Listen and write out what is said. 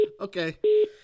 Okay